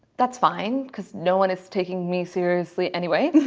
that's fine because no one is taking me seriously. anyway,